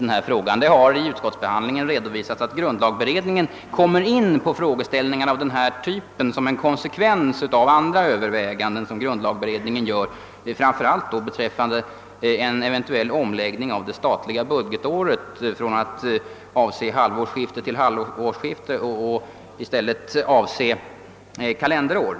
Det har emellertid vid utskottsbehandlingen redovisats att grundlagberedningen kommer in på spörsmål av denna typ som en konsekvens av andra överväganden som grundlagberedningen gör, framför allt beträffande en eventuell omläggning av det statliga budgetåret från att avse tiden från halvårsskifte till halvårsskifte till att i stället avse kalenderår.